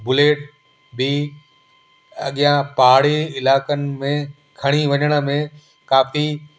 bullet बि अॻियां पहाड़ी इलाइक़नि में खणी वञण में काफ़ी